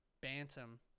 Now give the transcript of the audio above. Bantam